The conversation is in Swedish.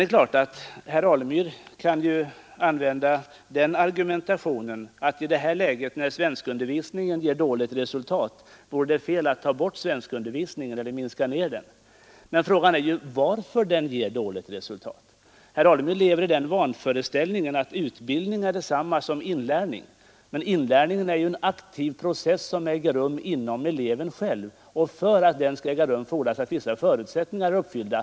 Herr Alemyr kan naturligtvis säga att i det här läget, när svenskundervisningen ger dåligt resultat, vore det fel att ta bort eller minska den. Men frågan är varför svenskundervisningen ger dåligt resultat? Herr Alemyr lever i den vanföreställningen att undervisning är detsamma som inlärning. Men inlärningen är ju en aktiv process som äger rum inom eleven själv, och för att denna inlärning skall äga rum fordras att vissa förutsättningar är uppfyllda.